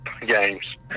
games